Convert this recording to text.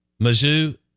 Mizzou